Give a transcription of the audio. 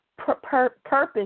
purpose